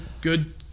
good